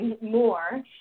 more